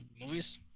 movies